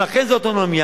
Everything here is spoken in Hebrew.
אם אכן זה אוטונומיה,